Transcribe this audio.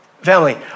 Family